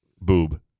boob